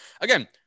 again